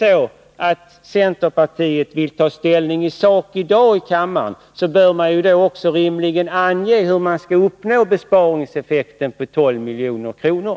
Om centerpartiet vill ta ställning i sak i dag i kammaren, bör ni rimligen också ange hur man skall uppnå en besparing om 12 milj.kr.